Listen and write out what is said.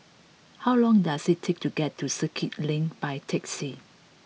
how long does it take to get to Circuit Link by taxi